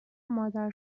مادر